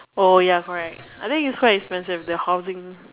oh ya correct I think it's quite expensive the housing